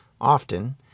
Often